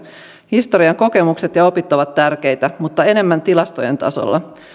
historian kokemukset ja opit ovat tärkeitä mutta enemmän tilastojen tasolla